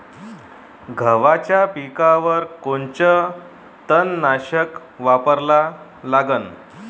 गव्हाच्या पिकावर कोनचं तननाशक वापरा लागन?